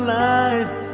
life